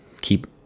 keep